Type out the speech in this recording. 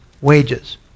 wages